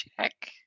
check